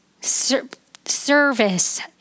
service